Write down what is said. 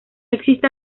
existe